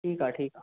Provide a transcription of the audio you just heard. ठीकु आहे ठीकु आहे